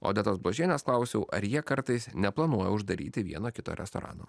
odetos bložienės klausiau ar jie kartais neplanuoja uždaryti vieno kito restorano